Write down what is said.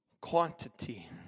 quantity